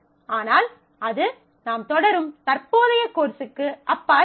ஆனால் அது நாம் தொடரும் தற்போதைய கோர்ஸுக்கு அப்பால் இருக்கும்